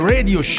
Radio